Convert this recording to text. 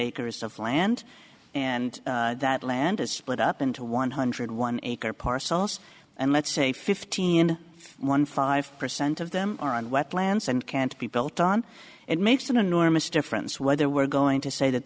acres of land and that land is split up into one hundred one acre parcel us and let's say fifteen one five percent of them are on wetlands and can't be built on it makes an enormous difference whether we're going to say that